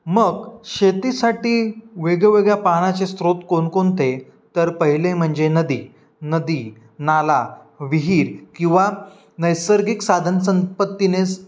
मग शेतीसाठी वेगवेगळ्या पानाचे स्त्रोत कोणकोणते तर पहिले म्हणजे नदी नदी नाला विहीर किंवा नैसर्गिक साधनसंपत्तीने